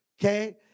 Okay